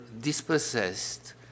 dispossessed